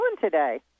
today